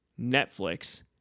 Netflix